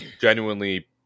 genuinely